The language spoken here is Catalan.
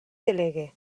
delegue